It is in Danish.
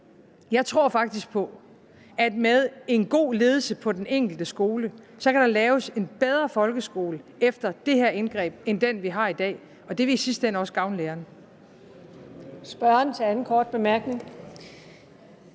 jeg faktisk tror på, at der med en god ledelse på den enkelte skole kan laves en bedre folkeskole efter det her indgreb end den, vi har i dag, og det vil i sidste ende også gavne lærerne.